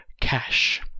cash